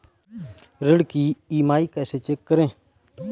ऋण की ई.एम.आई कैसे चेक करें?